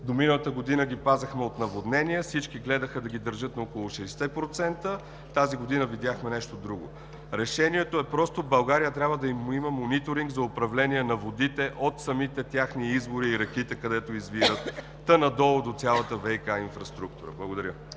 До миналата година ги пазехме от наводнения, всички гледаха да ги държат на около 60 процента. Тази година видяхме нещо друго. Решението е просто – България трябва да има мониторинг за управление на водите от самите техни извори и реките, където извират, та и надолу – до цялата ВиК инфраструктура. Благодаря.